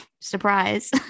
surprise